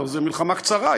הלוא זו מלחמה קצרה,